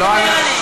לא אני,